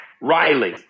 Riley